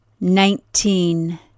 nineteen